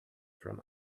from